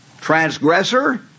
Transgressor